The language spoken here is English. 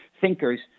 thinkers